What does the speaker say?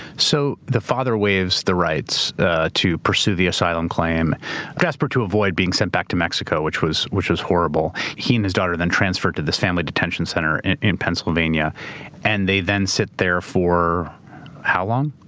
so the father waives the rights to pursue the asylum claim desperate to avoid being sent back to mexico, which was which was horrible. he and his daughter are then transferred to this family detention center in in pennsylvania and they then sit there for how long?